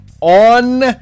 on